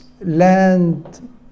land